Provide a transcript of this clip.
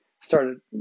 started